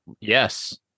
Yes